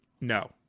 No